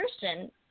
person